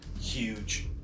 huge